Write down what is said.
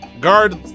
Guard